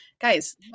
Guys